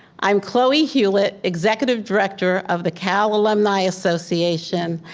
i'm cloey hewlett, executive director of the cal alumni association,